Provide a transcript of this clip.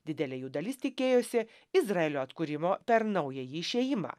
didelė jų dalis tikėjosi izraelio atkūrimo per naująjį išėjimą